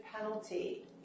penalty